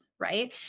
right